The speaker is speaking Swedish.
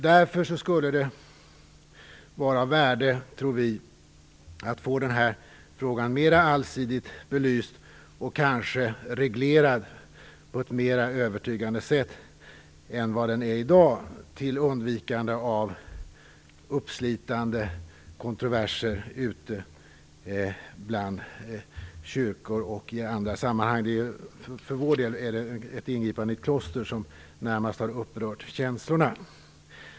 Därför tror vi att det skulle vara av värde att få frågan mer allsidigt belyst, och kanske reglerad på ett mer övertygande sätt än den är i dag. Detta kan leda till att uppslitande kontroverser i kyrkor och i andra sammanhang kan undvikas. För Kristdemokraternas del är det närmast ett ingripande i ett kloster som upprört känslorna.